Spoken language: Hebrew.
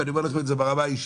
ואני אומר לכם את זה ברמה האישית,